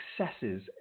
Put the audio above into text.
successes